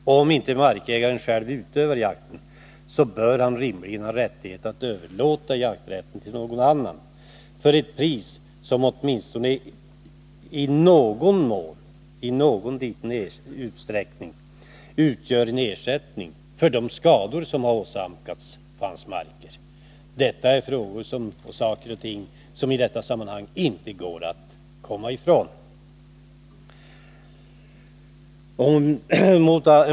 Om inte markägaren själv utövar jakten, bör han rimligen få överlåta jakträtten till någon annan till ett pris som åtminstone i någon liten utsträckning kan utgöra ersättning för de skador som har åsamkats hans marker. Detta är saker och ting som det inte går att komma ifrån i detta sammanhang.